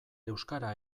euskara